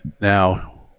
now